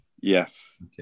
Yes